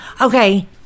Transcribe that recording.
okay